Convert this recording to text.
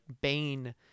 Bane